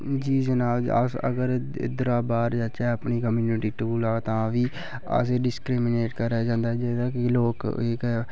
जी जनाब अस अगर जिसलै बाह्र जाह्चै अपनी कम्युनिटी कोला तां बी असें गी डिस्क्रीमिनेट करेआ जंदा ऐ जि'यां कि लोक